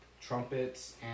trumpets